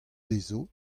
dezho